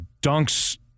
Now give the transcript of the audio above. Dunk's